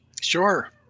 Sure